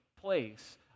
place